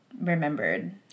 remembered